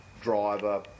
driver